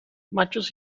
machos